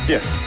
Yes